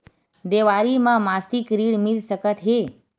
देवारी म मासिक ऋण मिल सकत हे?